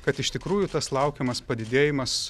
kad iš tikrųjų tas laukiamas padidėjimas